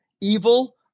evil